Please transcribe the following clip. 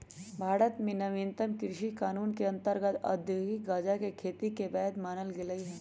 भारत में नवीनतम कृषि कानून के अंतर्गत औद्योगिक गजाके खेती के वैध मानल गेलइ ह